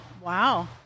wow